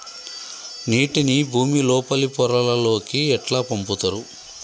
నీటిని భుమి లోపలి పొరలలోకి ఎట్లా పంపుతరు?